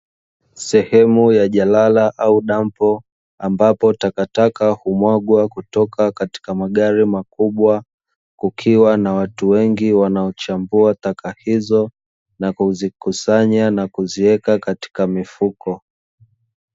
Sehemu ya jalala au dampo ambapo takataka humwagwa katika magari makubwa, kukiwa na watu wengi wanaochambua taka hizo na kuzikusanya na kuziweka katika mifuko.